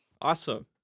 Awesome